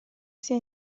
sia